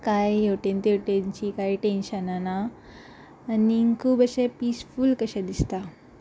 कांय हेवटेन तेवटेनचीं कांय टेंशनां ना आनीक खूब अशें पिसफूल कशें दिसता